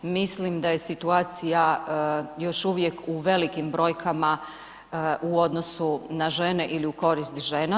Mislim da je situacija još uvijek u velikim brojkama u odnosu na žene ili u korist žena.